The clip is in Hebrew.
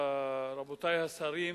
רבותי השרים,